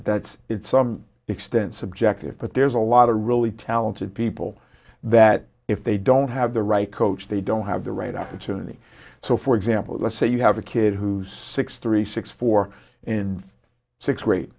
that that's it's some extent subjective but there's a lot of really talented people that if they don't have the right coach they don't have the right opportunity so for example let's say you have a kid who's six three six four and six great